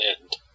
end